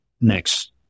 next